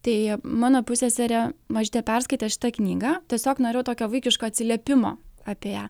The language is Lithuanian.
tai mano pusseserė mažytė perskaitė šitą knygą tiesiog norėjau tokio vaikiško atsiliepimo apie ją